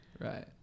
right